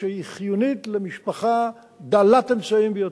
שהיא חיונית למשפחה דלת אמצעים ביותר.